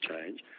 change